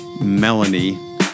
Melanie